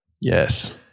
Yes